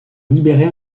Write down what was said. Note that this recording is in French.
libérer